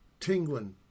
Tinglin